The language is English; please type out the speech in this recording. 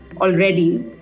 already